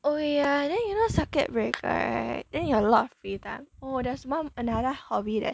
oh yeah and then you know circuit break right then you have a lot of free time oh there's one another hobby that